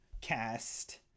cast